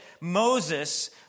Moses